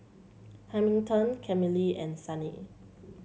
Hamilton Camille and Sunny